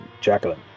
Jacqueline